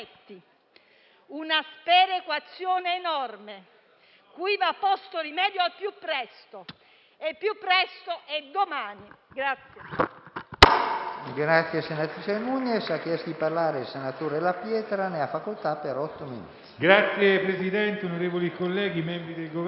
Una sperequazione enorme cui va posto rimedio al più presto, e più presto è domani.